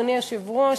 אדוני היושב-ראש,